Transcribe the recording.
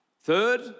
Third